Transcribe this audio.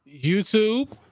YouTube